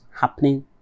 happening